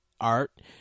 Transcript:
art